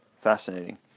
fascinating